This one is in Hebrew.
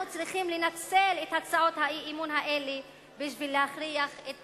אנחנו צריכים לנצל את הצעות האי-אמון האלה בשביל להכריח את